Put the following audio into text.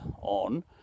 on